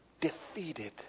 defeated